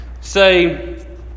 say